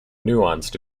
nuanced